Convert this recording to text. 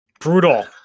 Brutal